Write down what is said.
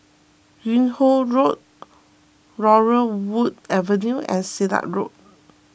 Yung Ho Road Laurel Wood Avenue and Silat Road